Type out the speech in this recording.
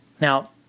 Now